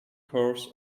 curves